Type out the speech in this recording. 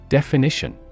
Definition